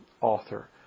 author